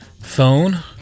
phone